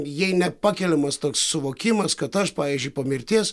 jai nepakeliamas toks suvokimas kad aš pavyzdžiui po mirties